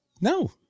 No